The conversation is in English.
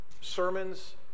sermons